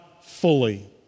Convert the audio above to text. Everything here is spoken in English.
fully